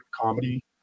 comedy